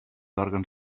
òrgans